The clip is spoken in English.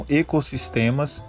ecossistemas